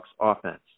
offense